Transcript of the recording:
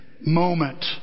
moment